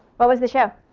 what was the show?